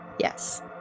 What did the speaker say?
yes